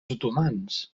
otomans